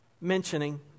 mentioning